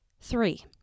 Three